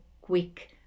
quick